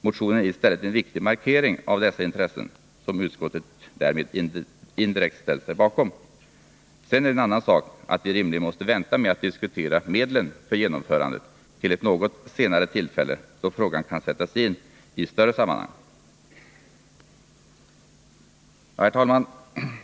Motionen är i stället en viktig markering av dessa intressen, som utskottet därmed indirekt ställer sig bakom. Sedan är det en annan sak att vi rimligen måste vänta med att diskutera medlen för Nr 27 genomförandet till ett något senare tillfälle, då frågan kan sättas in ett större Onsdagen den sammanhang. 19 november 1980 Herr talman!